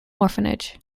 orphanage